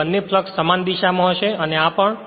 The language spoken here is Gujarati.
તેથી બંને ફ્લક્ષ સમાન દિશામાં હશે આ આને આ પણ